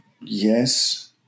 Yes